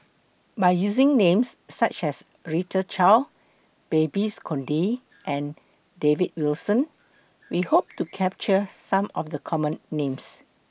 By using Names such as Rita Chao Babes Conde and David Wilson We Hope to capture Some of The Common Names